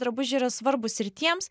drabužiai yra svarbūs ir tiems